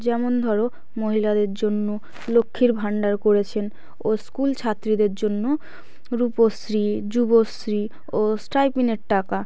যেমন ধরো মহিলাদের জন্য লক্ষ্মীর ভাণ্ডার করেছেন ও স্কুল ছাত্রীদের জন্য রূপশ্রী যুবশ্রী ও স্টাইপেন্ডের টাকা